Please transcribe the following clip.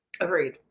Agreed